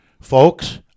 Folks